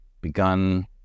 begun